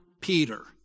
Peter